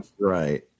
Right